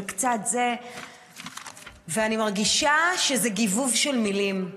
ואני מרגישה שזה גיבוב של מילים.